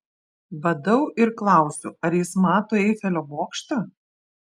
badau ir klausiu ar jis mato eifelio bokštą